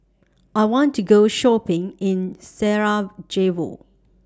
I want to Go Shopping in Sarajevo